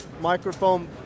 microphone